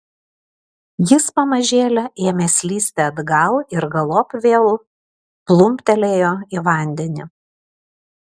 jis pamažėle ėmė slysti atgal ir galop vėl plumptelėjo į vandenį